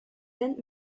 sind